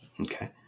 Okay